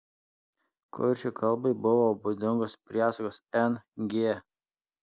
kuršių kalbai buvo būdingos priesagos ng